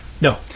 No